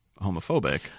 homophobic